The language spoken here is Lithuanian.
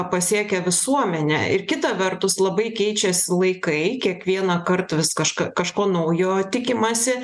pasiekia visuomenę ir kita vertus labai keičiasi laikai kiekvieną kartą vis kažką kažko naujo tikimasi